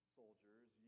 soldiers